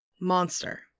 Monster